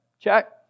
check